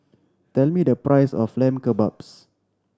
tell me the price of Lamb Kebabs